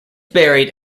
buried